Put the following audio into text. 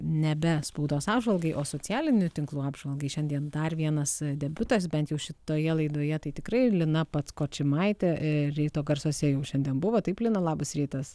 nebe spaudos apžvalgai o socialinių tinklų apžvalgai šiandien dar vienas debiutas bent jau šitoje laidoje tai tikrai lina patskočimaitė ryto garsuose jau šiandien buvo taip lina labas rytas